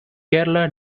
kerala